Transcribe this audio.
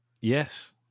Yes